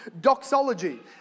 doxology